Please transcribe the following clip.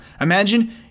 Imagine